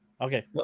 Okay